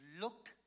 looked